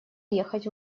ехать